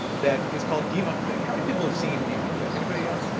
that is called devonthink. how many people have seen devonthink? anybody else? yeah